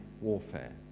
warfare